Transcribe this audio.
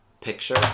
picture